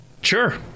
Sure